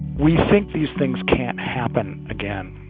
we think these things can happen again.